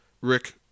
Rick